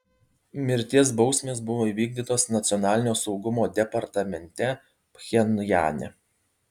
mirties bausmės buvo įvykdytos nacionalinio saugumo departamente pchenjane